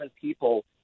people